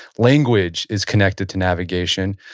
language is connected to navigation.